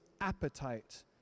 appetite